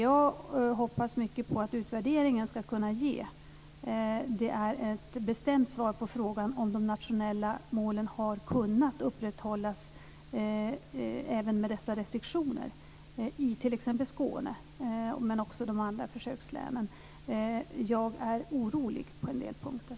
Jag hoppas att utvärderingen kan ge ett bestämt svar på frågan om de nationella målen har kunnat upprätthållas även med dessa restriktioner i t.ex. Skåne, men också i de andra försökslänen. Jag är orolig på en del punkter.